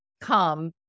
come